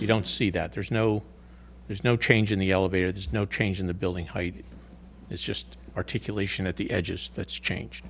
you don't see that there's no there's no change in the elevator there's no change in the building height it's just articulation at the edges that's changed